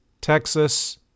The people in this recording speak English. Texas